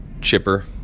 chipper